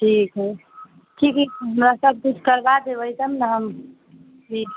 ठीक हइ ठीक हइ हमरा सब किछु करबा देबे तब ने हम ठीक